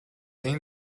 энэ